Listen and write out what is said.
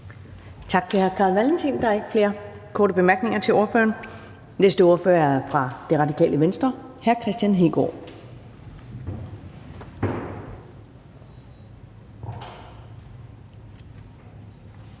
Tak til hr. Carl Valentin. Der er ikke flere korte bemærkninger til ordføreren. Den næste ordfører er fra Det Radikale Venstre, og det er hr. Kristian Hegaard.